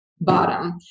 bottom